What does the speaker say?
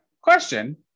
Question